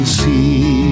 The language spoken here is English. see